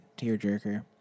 tearjerker